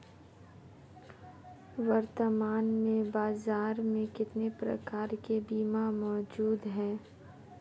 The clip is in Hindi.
वर्तमान में बाज़ार में कितने प्रकार के बीमा मौजूद हैं?